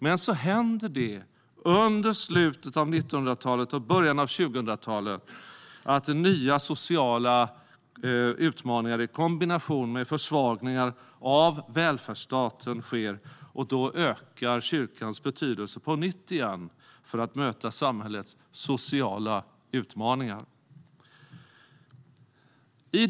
Men det som händer under slutet av 1900-talet och början av 2000-talet är att nya sociala utmaningar i kombination med försvagningar av välfärdsstaten sker, och då ökar kyrkans betydelse på nytt för att möta samhällets sociala utmaningar.